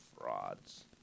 frauds